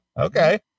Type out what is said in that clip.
Okay